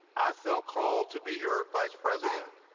i felt called to be your vice president.